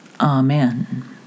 Amen